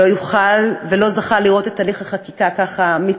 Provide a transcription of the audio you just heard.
לא יוכל ולא זכה לראות את תהליך החקיקה מתקדם.